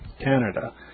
Canada